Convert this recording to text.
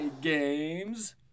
games